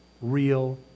real